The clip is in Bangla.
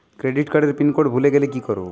ক্রেডিট কার্ডের পিনকোড ভুলে গেলে কি করব?